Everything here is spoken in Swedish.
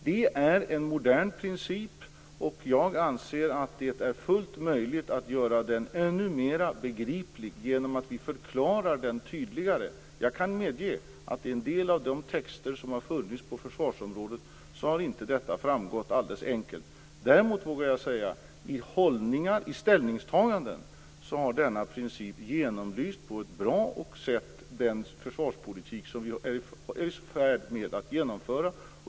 Det är en modern princip, och jag anser att det är fullt möjligt att göra den ännu mera begriplig genom att vi förklarar den tydligare. Jag kan medge att i en del av de texter som har funnits på försvarsområdet har inte detta framgått alldeles enkelt. Däremot vågar jag säga att i hållningar och ställningstaganden har denna princip på ett bra sätt genomlyst den försvarspolitik som vi är i färd med att genomföra.